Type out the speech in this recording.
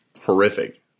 horrific